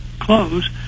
close